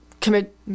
commit